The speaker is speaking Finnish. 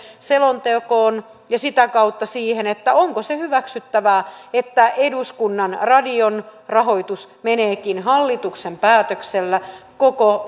selontekoon ja sitä kautta siihen onko se hyväksyttävää että eduskunnan radion rahoitus meneekin hallituksen päätöksellä koko